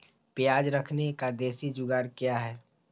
प्याज रखने का देसी जुगाड़ क्या है?